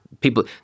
people